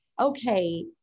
okay